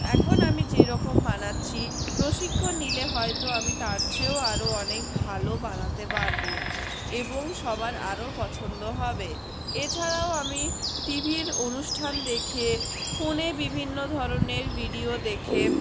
এখন আমি যেরকম বানাচ্ছি প্রশিক্ষণ নিলে হয়তো আমি তার চেয়েও আরো অনেক ভালো বানাতে পারবো এবং সবার আরো পছন্দ হবে এছাড়াও আমি টিভির অনুষ্ঠান দেখে ফোনে বিভিন্ন ধরনের ভিডিও দেখে